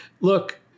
look